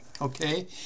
okay